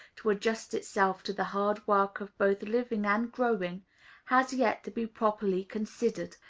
to adjust itself to the hard work of both living and growing has yet to be properly considered.